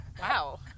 Wow